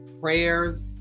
prayers